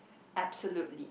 absolutely